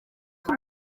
com